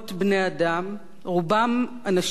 רובם אנשים צעירים,